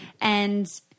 And-